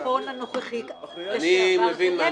אני לא צריך תיקון לעניין הזה.